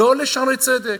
לא ל"שערי צדק".